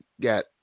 got